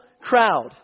crowd